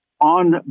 on